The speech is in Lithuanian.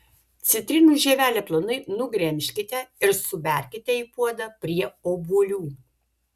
citrinų žievelę plonai nugremžkite ir suberkite į puodą prie obuolių